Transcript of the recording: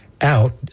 out